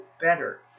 better